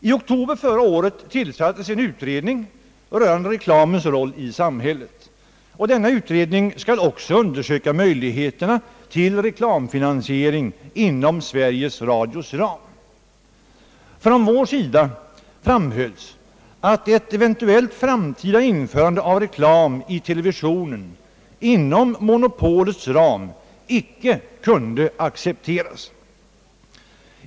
I oktober förra året tillsattes en utredning rörande reklamens roll i samhället. Denna utredning skall också undersöka möjligheterna till reklamfinansiering inom Sveriges radios ram, Högerpartiet framhöll att ett eventuellt framtida inrättande av reklam i televisionen inom monopolets ram inte kunde accepteras.